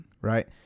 Right